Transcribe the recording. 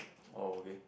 oh okay